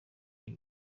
ibi